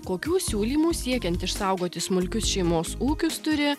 kokių siūlymų siekiant išsaugoti smulkius šeimos ūkius turi